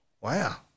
Wow